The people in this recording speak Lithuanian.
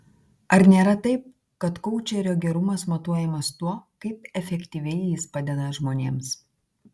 ar nėra taip kad koučerio gerumas matuojamas tuo kaip efektyviai jis padeda žmonėms